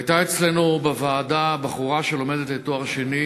הייתה אצלנו בוועדה בחורה שלומדת לתואר שני,